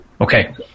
Okay